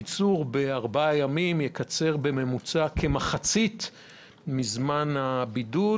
קיצור בארבעה ימים יקצר בממוצע כמחצית מזמן הבידוד,